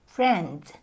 Friends